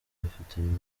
bafitanye